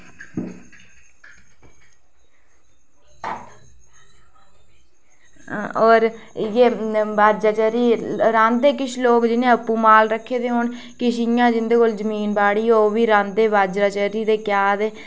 होर इ'यै बाजरा चेरी रांह्दे किश लोग जि'नें आपूं माल रक्खे दे होन किश इ'यां जिं'दे कोल जमीन बाड़ी होग ओह्बी रांह्दे बाजरा चेरी क्या ते